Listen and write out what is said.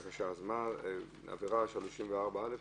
עבירה 34(א)?